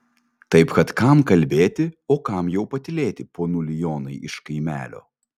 taip kad kam kalbėt o kam jau patylėt ponuli jonai iš kaimelio